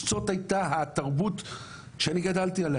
זאת הייתה התרבות שאני גדלתי עליה,